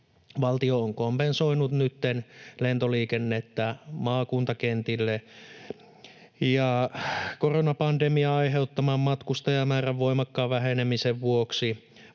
valtio on kompensoinut nytten lentoliikennettä maakuntakentille. Koronapandemian aiheuttaman matkustajamäärän voimakkaan vähenemisen vuoksi